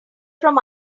from